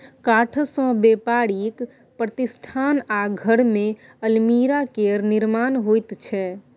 काठसँ बेपारिक प्रतिष्ठान आ घरमे अलमीरा केर निर्माण होइत छै